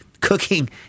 cooking